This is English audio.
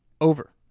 Over